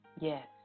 Yes